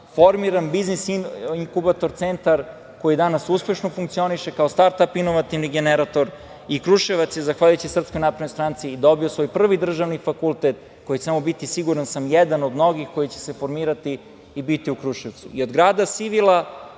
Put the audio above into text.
formiran Biznis inkubator centar koji danas uspešno funkcioniše kao startap inovativni generator. Kruševac je zahvaljujući SNS dobio i svoj prvi državni fakultet koji će samo biti, siguran sam, jedan od mnogih koji će se formirati i biti u Kruševcu. I od grada sivila,